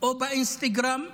או באינסטגרם,